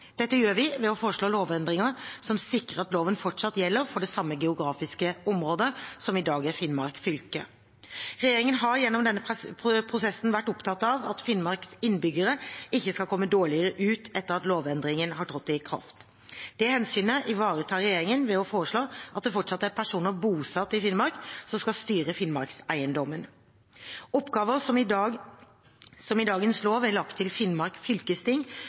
Dette gjør vi ved å foreslå lovendringer som sikrer at loven fortsatt gjelder for det samme geografiske området som i dag er Finnmark fylke. Regjeringen har gjennom denne prosessen vært opptatt av at Finnmarks innbyggere ikke skal komme dårligere ut etter at lovendringen har trådt i kraft. Det hensynet ivaretar regjeringen ved å foreslå at det fortsatt er personer bosatt i Finnmark som skal styre Finnmarkseiendommen. Oppgaver som i dagens lov er lagt til Finnmark fylkesting,